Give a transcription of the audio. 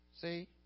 See